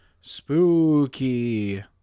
Spooky